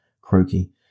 croaky